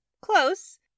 Close